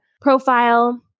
profile